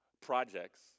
projects